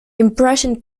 impression